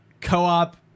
co-op